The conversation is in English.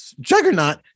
Juggernaut